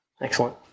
Excellent